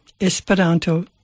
Esperanto